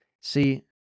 See